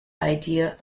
idea